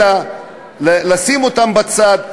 אלא לשים אותם בצד,